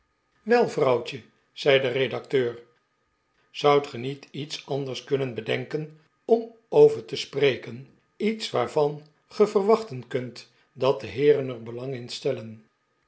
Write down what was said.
wel vrouwtje zei de redacteur zoudt gij niet iets anders kunnen bedenken om over te spreken iets waarvan ge verwachten kunt dat de heeren er belang in stellen